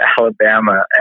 Alabama